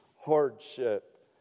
hardship